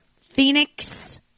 Phoenix